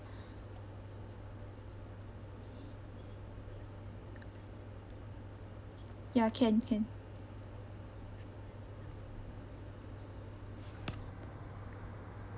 ya can can